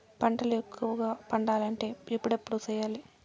పంటల ఎక్కువగా పండాలంటే ఎప్పుడెప్పుడు సేయాలి?